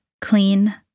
clean